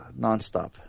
nonstop